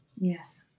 Yes